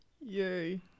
Yay